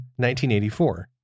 1984